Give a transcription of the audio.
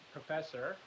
Professor